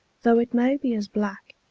though it may be as black,